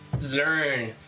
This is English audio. learn